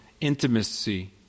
intimacy